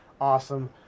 Awesome